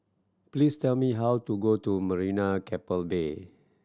please tell me how to go to Marina Keppel Bay